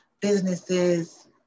businesses